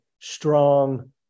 strong